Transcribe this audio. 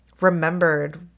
remembered